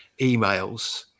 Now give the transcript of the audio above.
emails